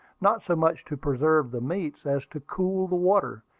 not so much to preserve the meats as to cool the water,